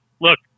look